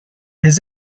his